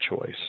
choice